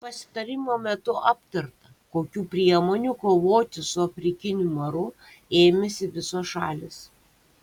pasitarimo metu aptarta kokių priemonių kovoti su afrikiniu maru ėmėsi visos šalys